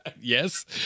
Yes